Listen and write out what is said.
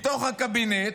מתוך הקבינט,